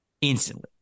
instantly